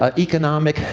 ah economic,